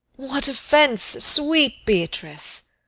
what offence, sweet beatrice?